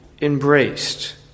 embraced